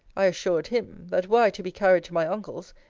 i assured him, that were i to be carried to my uncle's,